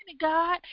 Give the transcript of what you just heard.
God